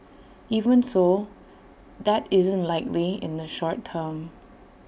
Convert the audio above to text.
even so that isn't likely in the short term